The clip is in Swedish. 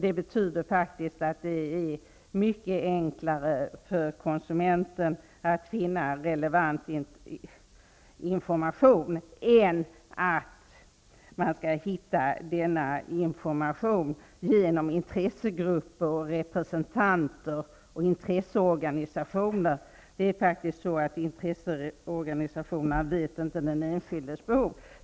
Det betyder faktiskt att det är mycket lättare för konsumenten att finna relevant information än att hitta denna information genom intressegrupper, representanter och intresseorganisationer. Intresseorganisationerna känner inte till den enskildes behov.